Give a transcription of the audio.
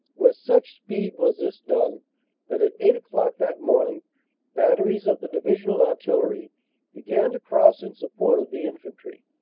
with such speed was this done that at eight o'clock that morning batteries of the divisional artillery began to cross in support of the infantry.